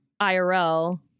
IRL